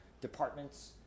departments